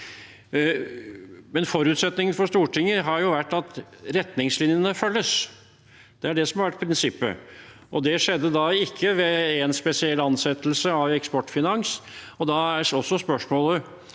Forutsetningen for Stortinget har vært at retningslinjene følges. Det er det som har vært prinsippet. Det skjedde ikke ved én spesiell ansettelse i Eksportfinansiering Norge. Da er spørsmålet: